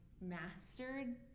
mastered